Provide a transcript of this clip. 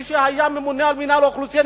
מי שהיה ממונה על מינהל האוכלוסין,